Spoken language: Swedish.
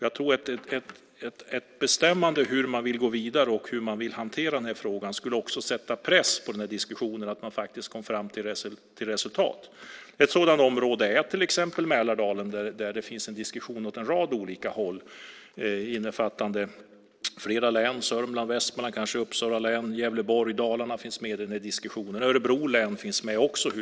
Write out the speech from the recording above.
Jag tror att ett beslut om hur man vill gå vidare och hur man vill hantera frågan skulle sätta press på diskussionen och att man kom fram till resultat. Ett område är Mälardalen där det finns en diskussion åt en rad olika håll innefattande flera län. Sörmland, Västmanland, kanske Uppsala län, Gävleborg och Dalarna finns med i diskussionen. Örebro län finns med också.